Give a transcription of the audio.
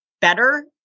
better